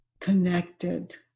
connected